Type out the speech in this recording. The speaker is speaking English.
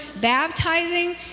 baptizing